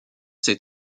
ses